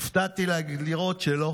הופתעתי לראות שלא.